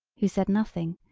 who said nothing,